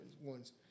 ones